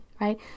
Right